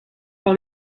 par